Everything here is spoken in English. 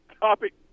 topic